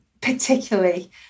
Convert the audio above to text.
particularly